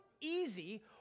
easy